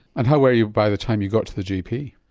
and how were you by the time you got to the gp?